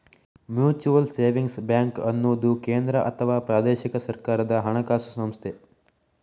mutual savings bank ಅನ್ನುದು ಕೇಂದ್ರ ಅಥವಾ ಪ್ರಾದೇಶಿಕ ಸರ್ಕಾರದ ಹಣಕಾಸು ಸಂಸ್ಥೆ